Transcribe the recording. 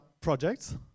projects